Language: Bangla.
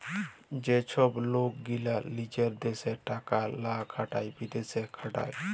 যে ছব লক গীলা লিজের দ্যাশে টাকা লা খাটায় বিদ্যাশে খাটায়